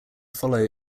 follow